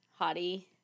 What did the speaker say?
hottie